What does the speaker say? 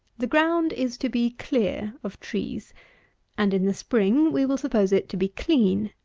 the ground is to be clear of trees and, in the spring, we will suppose it to be clean.